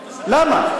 למה?